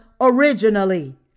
originally